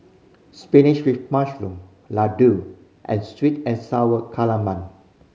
spinach with mushroom laddu and sweet and Sour Calamari